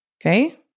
okay